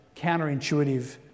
counterintuitive